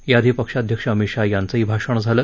याआधी पक्षाध्यक्ष अमित शहा यांचंही भाषण झालं